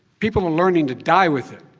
people are learning to die with it.